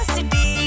City